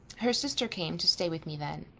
her sister came to stay with me then.